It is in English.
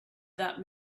that